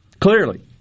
Clearly